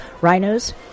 Rhinos